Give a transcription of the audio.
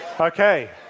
Okay